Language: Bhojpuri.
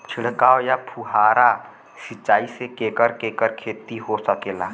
छिड़काव या फुहारा सिंचाई से केकर केकर खेती हो सकेला?